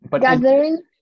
Gathering